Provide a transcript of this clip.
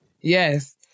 Yes